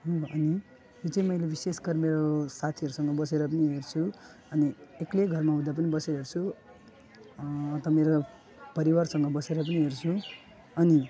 अनि यो चाहिँ मैले विशेषकर मेरो साथीहरूसँग बसेर पनि हेर्छु अनि एक्लै घरमा हुँदा पनि बसेर हेर्छु त मेरो परिवारसँग बसेर पनि हेर्छु अनि